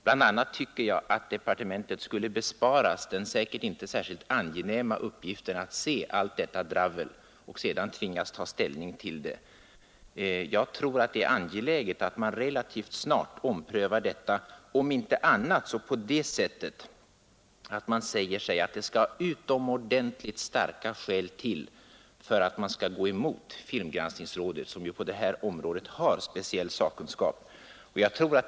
Bl.a. tycker jag att departementet skulle besparas den säkerligen inte särskilt angenäma uppgiften att se allt detta dravel och sedan tvingas ta ställning till det. Jag tror det är angeläget att man relativt snart omprövar detta, om inte annat så på det sättet att man säger sig att det skall utomordentligt starka skäl till för att man skall gå emot filmgranskningsrådet, som ju på det här området har speciell sakkunskap.